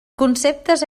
conceptes